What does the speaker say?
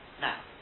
Now